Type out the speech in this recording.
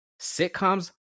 sitcoms